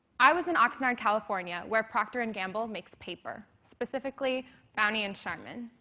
i was in oxnard california, where proctor and gamble makes paper, specifically bounty and charmin.